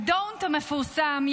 ה-Don't המפורסם,